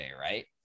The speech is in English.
Right